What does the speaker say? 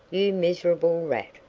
you miserable rat,